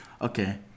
Okay